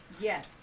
Yes